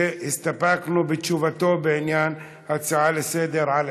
הסתפקנו בתשובתו בעניין הצעה לסדר-היום,